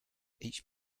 each